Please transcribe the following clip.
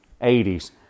80s